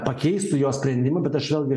pakeistų jos sprendimą bet aš vėlgi